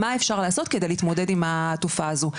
מה אפשר לעשות כדי להתמודד עם התופעה הזו.